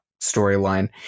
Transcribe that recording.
storyline